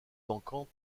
manquant